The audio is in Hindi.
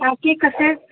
बाकि का सर